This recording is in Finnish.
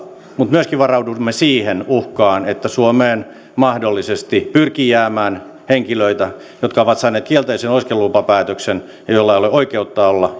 myöskin varaudumme siihen uhkaan että suomeen mahdollisesti pyrkii jäämään henkilöitä jotka ovat saaneet kielteisen oleskelulupapäätöksen ja joilla ei ole oikeutta olla